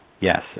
yes